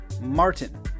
Martin